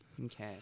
Okay